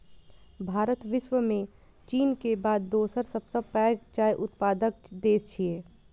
भारत विश्व मे चीन के बाद दोसर सबसं पैघ चाय उत्पादक देश छियै